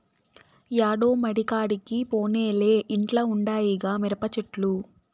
యాడో మడికాడికి పోనేలే ఇంట్ల ఉండాయిగా మిరపచెట్లు